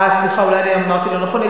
אה, סליחה, אולי אמרתי לא נכון.